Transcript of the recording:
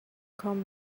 come